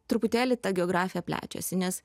truputėlį ta geografija plečiasi nes